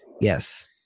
yes